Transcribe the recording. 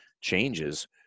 changes